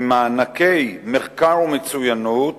ממענקי מחקר ומצוינות